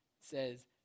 says